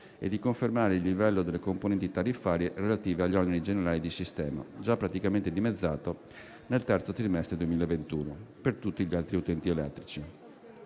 e di confermare il livello delle componenti tariffarie relative agli oneri generali di sistema, già praticamente dimezzato nel terzo trimestre 2021 per tutti gli altri utenti elettrici.